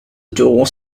door